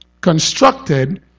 constructed